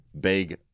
big